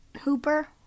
Hooper